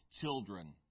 children